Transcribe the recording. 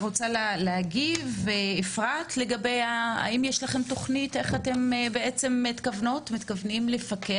תרצו להגיב האם יש לכן תוכנית איך אתן מתכוונות לפקח?